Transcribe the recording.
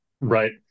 Right